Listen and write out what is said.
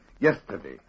yesterday